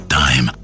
time